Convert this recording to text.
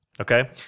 okay